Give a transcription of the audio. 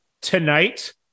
tonight